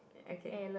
okay